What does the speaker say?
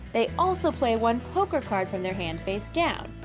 they also play one poker card from their hand, face down.